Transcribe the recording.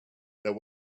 there